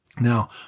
Now